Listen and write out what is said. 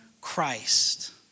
Christ